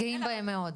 גאים בהם מאוד.